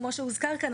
כפי שהוזכר כאן,